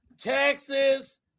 Texas